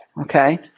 Okay